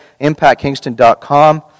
impactkingston.com